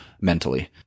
mentally